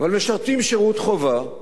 אבל הם משרתים שירות חובה,